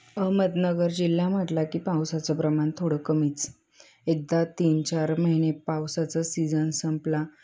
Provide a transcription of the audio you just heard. अहमदनगर जिल्हा म्हटला की पावसाचं प्रमाण थोडं कमीच एकदा तीन चार महिने पावसाचं सीझन संपला